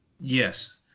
Yes